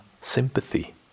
sympathy